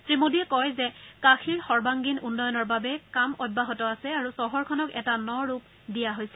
শ্ৰীমোদীয়ে কয় যে কাশীৰ সৰ্বাঙ্গীন উন্নয়ণৰ বাবে কাম অব্যাহত আছে আৰু চহৰখনক এটা ন ৰূপ দিয়া হৈছে